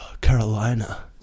Carolina